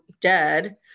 dead